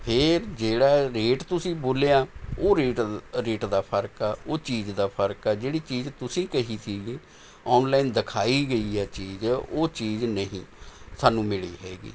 ਫਿਰ ਜਿਹੜਾ ਰੇਟ ਤੁਸੀਂ ਬੋਲਿਆ ਉਹ ਰੇਟ ਰੇਟ ਦਾ ਫ਼ਰਕ ਆ ਉਹ ਚੀਜ਼ ਦਾ ਫ਼ਰਕ ਆ ਜਿਹੜੀ ਚੀਜ਼ ਤੁਸੀਂ ਕਹੀ ਸੀਗੀ ਔਨਲਾਈਨ ਦਿਖਾਈ ਗਈ ਹੈ ਚੀਜ਼ ਉਹ ਚੀਜ਼ ਨਹੀਂ ਸਾਨੂੰ ਮਿਲੀ ਹੈਗੀ